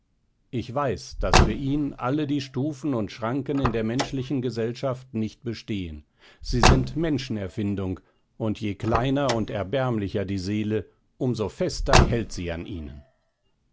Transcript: ich weiß daß für ihn alle die stufen und schranken in der menschlichen gesellschaft nicht bestehen sie sind menschenerfindung und je kleiner und erbärmlicher die seele um so fester hält sie an ihnen